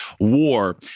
war